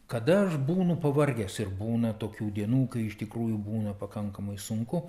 kada aš būnu pavargęs ir būna tokių dienų kai iš tikrųjų būna pakankamai sunku